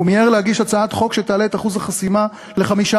הוא מיהר להגיש הצעת חוק שתעלה את אחוז החסימה ל-5%,